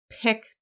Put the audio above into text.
pick